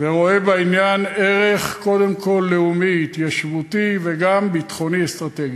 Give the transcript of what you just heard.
ורואה בעניין ערך קודם כול לאומי-התיישבותי וגם ביטחוני-אסטרטגי,